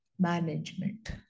management